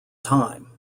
time